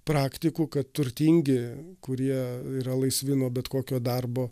praktikų kad turtingi kurie yra laisvi nuo bet kokio darbo